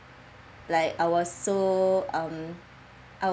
like I was so um I